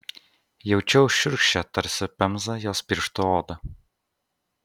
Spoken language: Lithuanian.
jaučiau šiurkščią tarsi pemza jos pirštų odą